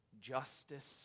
justice